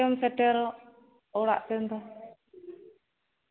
ᱳᱚ ᱟᱫᱚ ᱛᱤᱱ ᱟᱹᱱᱤᱡ ᱪᱚᱢ ᱥᱮᱴᱮᱨᱚᱜ ᱚᱲᱟᱜ ᱛᱮᱫᱚ